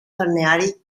balneari